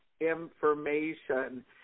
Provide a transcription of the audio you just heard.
information